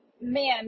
man